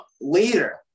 later